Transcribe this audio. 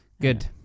Good